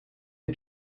you